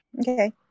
Okay